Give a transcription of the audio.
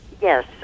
Yes